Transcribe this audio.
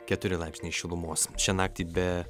keturi laipsniai šilumos šią naktį be